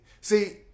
See